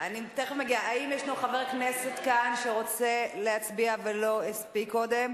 בהצבעה האם ישנו חבר כנסת כאן שרוצה להצביע ולא הספיק קודם?